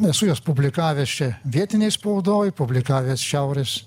esu juos publikavęs čia vietinėj spaudoj publikavęs šiaurės